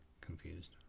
confused